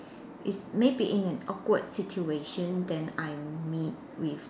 it's may be in an awkward situation then I meet with